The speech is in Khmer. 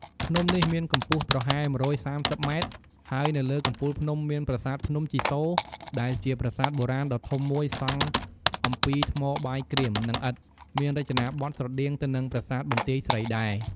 ភ្នំនេះមានកម្ពស់ប្រហែល ១៣០ ម៉ែត្រ ហើយនៅលើកំពូលភ្នំ មាន ប្រាសាទភ្នំជីសូរ ដែលជាប្រាសាទបុរាណដ៏ធំមួយសង់អំពីថ្មបាយក្រៀម និងឥដ្ឋ មានរចនាបថស្រដៀងទៅនឹងប្រាសាទបន្ទាយស្រីដែរ។